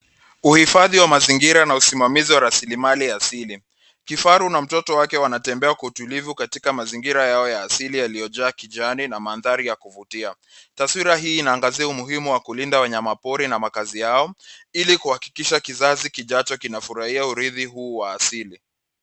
Uhifadhi wa mazingira na usimamizi wa rasilimali asili. Kifaru na mtoto wake wanatembea kwa utulivu katika mazingira yao ya asili yaliyojaa kijani na mandhari ya kuvutia. Taswira hii inaangazia umuhimu wa kulinda wanyamapori na makazi yao ili kuhakikisha kizazi kijacho kinafurahia urithi huu wa asili.